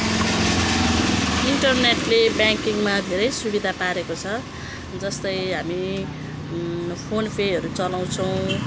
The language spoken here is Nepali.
इन्टरनेटले ब्याङ्किङमा धेरै सुविधा पारेको छ जस्तै हामी फोन पेहरू चलाउँछौँ